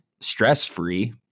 stress-free